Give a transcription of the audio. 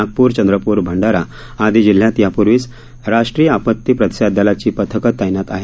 नागपूर चंद्रप्र भंडारा आदी जिल्ह्यात यापूर्वीच राष्ट्रीय आपती प्रतिसाद दलाची पथकं तैनात आहेत